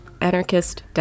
anarchist